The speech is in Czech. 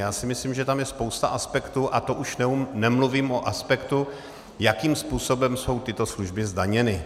Já si myslím, že tam je spousta aspektů, a to už nemluvím o aspektu, jakým způsobem jsou tyto služby zdaněny.